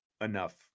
enough